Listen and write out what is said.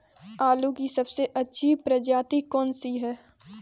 आलू की सबसे अच्छी प्रजाति कौन सी है?